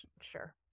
sure